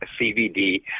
CBD